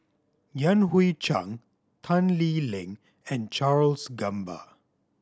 Yan Hui Chang Tan Lee Leng and Charles Gamba